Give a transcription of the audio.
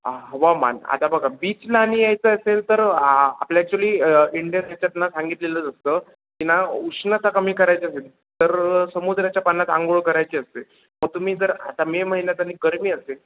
हवामान आता बघा बीचला आणि यायचं असेल तर आपल्या ॲक्च्युली इंडियन याच्यातनं सांगितलेलंच असतं की ना उष्णता कमी करायची असेल तर समुद्राच्या पाण्यात आंघोळ करायची असते मग तुम्ही जर आता मे महिन्यात आणि गरमी असेल